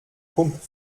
pump